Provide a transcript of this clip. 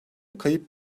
kayıp